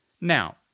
Now